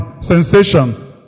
sensation